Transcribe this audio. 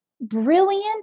brilliant